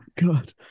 God